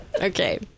Okay